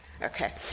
Okay